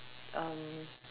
um